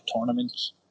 tournaments